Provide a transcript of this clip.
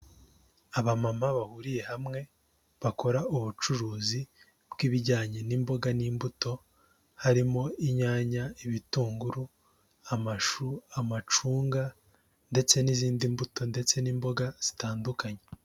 Abamama bahuriye hamwe bakora ubucuruzi bw'ibijyanye n'imboga n'imbuto, harimo inyanya, ibitunguru ,amashu, amacunga ndetse n'izindi mbuto ndetse n'imboga zitandukanye.